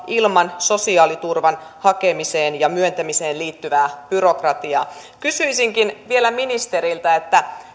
ilman sosiaaliturvan hakemiseen ja myöntämiseen liittyvää byrokratiaa kysyisinkin vielä ministeriltä